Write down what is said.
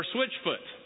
Switchfoot